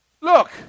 Look